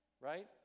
right